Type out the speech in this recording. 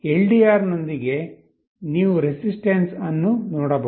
LDR ನೊಂದಿಗೆ ನೀವು resistance ಅನ್ನು ನೋಡಬಹುದು